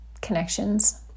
connections